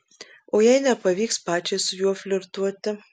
o jei nepavyks pačiai su juo flirtuoti